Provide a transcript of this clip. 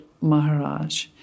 Maharaj